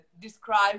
describe